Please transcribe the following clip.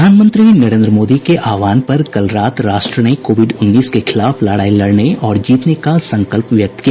प्रधानमंत्री नरेन्द्र मोदी के आह्वान पर कल रात राष्ट्र ने कोविड उन्नीस के खिलाफ लड़ाई लड़ने और जीतने का संकल्प व्यक्त किया